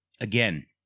Again